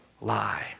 Lie